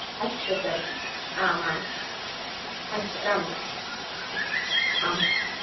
अस्तु तर्हि आमाम् अस्तु राम् राम् आम्